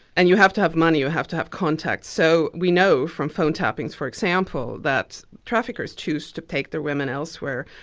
and you have to have money or you have to have contacts. so we know from phone tappings, for example, that traffickers choose to take the women elsewhere,